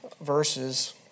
verses